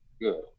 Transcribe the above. good